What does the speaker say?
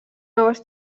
noves